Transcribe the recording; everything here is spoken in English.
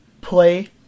play